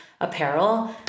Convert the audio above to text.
apparel